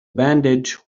bandage